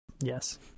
Yes